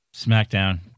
SmackDown